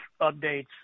updates